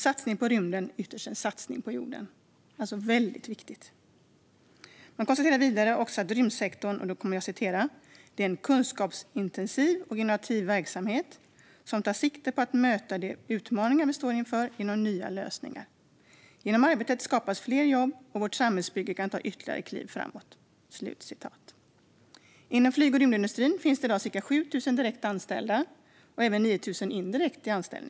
Det är mycket viktigt. Det konstateras vidare att rymdsektorn är en kunskapsintensiv och innovativ verksamhet som tar sikte på att möta de utmaningar vi står inför genom nya lösningar. Genom arbetet skapas fler jobb, och vårt samhällsbygge kan ta ytterligare kliv framåt. Inom flyg och rymdindustrin finns i dag ca 7 000 direkt anställda och även 9 000 indirekt anställda.